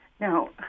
Now